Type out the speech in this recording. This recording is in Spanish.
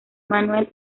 manuel